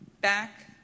back